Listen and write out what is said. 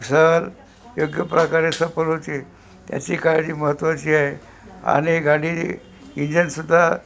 सहल योग्य प्रकारे सफल होते याची काळजी महत्त्वाची आहे आणि गाडी इंजनसुद्धा